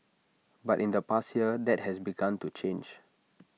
but in the past year that has begun to change